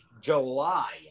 July